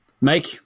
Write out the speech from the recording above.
Mike